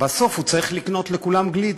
בסוף הוא צריך לקנות לכולם גלידה.